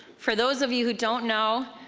for those of you who don't know,